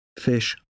fish